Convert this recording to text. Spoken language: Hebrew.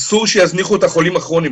אסור שיזניחו את החולים הכרוניים,